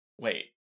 Wait